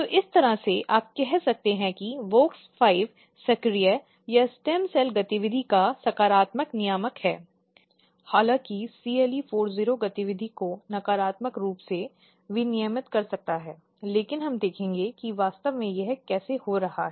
तो इस तरह से आप कह सकते हैं कि WOX5 सक्रिय या स्टेम सेल गतिविधि का सकारात्मक नियामक हैहालांकि CLE40 गतिविधि को नकारात्मक रूप से विनियमित कर सकता है लेकिन हम देखेंगे कि वास्तव में यह कैसे हो रहा है